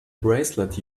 bracelet